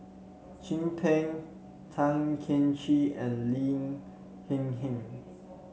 Chin Peng Tan Cheng Kee and Lin Hsin Hsin